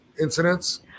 incidents